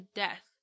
death